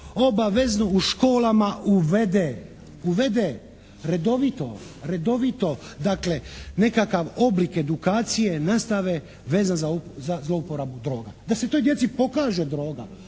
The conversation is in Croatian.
obavezno u školama uvede redovito dakle nekakav oblik edukacije nastave vezan za zlouporabu droga, da se toj djeci pokaže droga,